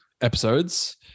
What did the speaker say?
episodes